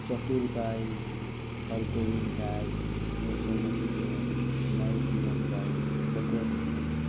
Chaturbhai Hargovinddas Yashumatiben Navjivanbhai Bhagwatiben